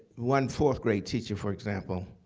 one fourth grade teacher for example,